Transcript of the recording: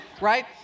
right